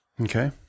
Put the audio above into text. Okay